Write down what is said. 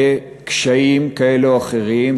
בקשיים כאלה או אחרים,